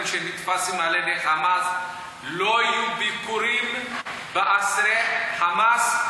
שנתפסו על-ידי "חמאס" לא יהיו ביקורים לאסירי "חמאס",